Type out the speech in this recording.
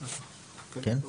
כן?